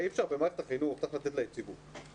מערכת החינוך, צריך לתת לה יציבות.